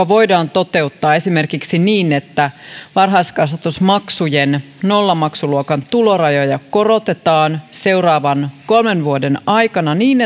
voidaan toteuttaa esimerkiksi niin että varhaiskasvatusmaksujen nollamaksuluokan tulorajoja korotetaan seuraavien kolmen vuoden aikana niin